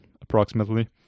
approximately